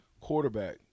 Quarterback